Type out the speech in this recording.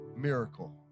miracle